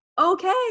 okay